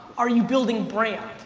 are you building brand?